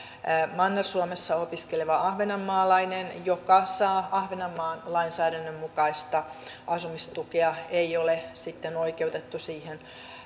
manner suomessa opiskeleva ahvenanmaalainen joka saa ahvenanmaan lainsäädännön mukaista asumistukea ei ole oikeutettu siihen